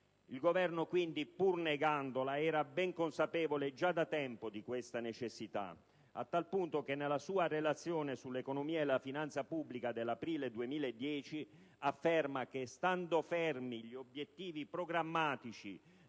Il Governo quindi, pur negandolo, era ben consapevole già da tempo di questa necessità, a tal punto che nella sua Relazione unificata sull'economia e la finanza pubblica dell'aprile 2010 afferma che, stando fermi gli obiettivi programmatici